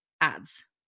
ads